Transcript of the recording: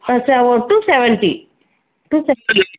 two seventy two fifty